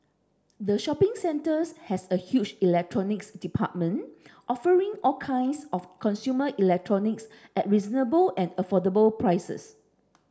the shopping centres has a huge Electronics Department offering all kinds of consumer electronics at reasonable and affordable prices